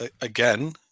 Again